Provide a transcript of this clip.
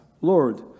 Lord